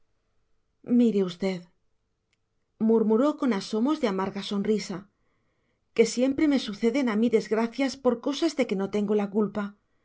respondió directamente mire usted murmuró con asomos de amarga sonrisa que siempre me suceden a mí desgracias por cosas de que no tengo la culpa